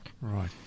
Right